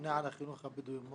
וממונה על החינוך הבדואי,